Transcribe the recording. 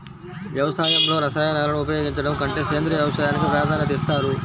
వ్యవసాయంలో రసాయనాలను ఉపయోగించడం కంటే సేంద్రియ వ్యవసాయానికి ప్రాధాన్యత ఇస్తారు